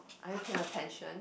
are you paying attention